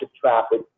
traffic